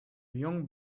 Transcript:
young